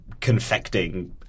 confecting